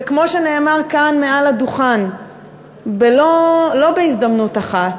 וכמו שנאמר כאן מעל הדוכן, ולא בהזדמנות אחת,